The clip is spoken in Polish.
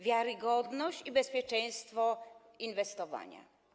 Wiarygodność i bezpieczeństwo inwestowania.